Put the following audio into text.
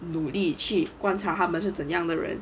努力去观察它们是怎样的人